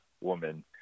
woman